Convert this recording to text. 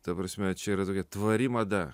ta prasme čia yra tokia tvari mada